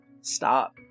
Stop